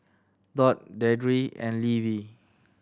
Dot Deidre and Levi